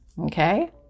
okay